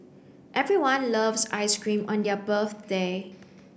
everyone loves ice cream on their birthday